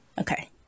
Okay